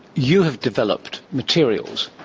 you have developed materials.